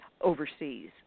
overseas